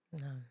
No